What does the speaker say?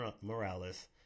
Morales